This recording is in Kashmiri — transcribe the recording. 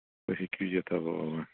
تُہۍ ہیٚکِو یِتھ اَوا اَوا